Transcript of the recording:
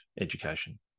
education